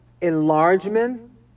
enlargement